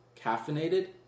caffeinated